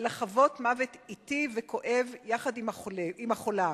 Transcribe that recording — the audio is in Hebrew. זה לחוות מוות אטי וכואב יחד עם החולה.